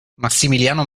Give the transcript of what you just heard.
massimiliano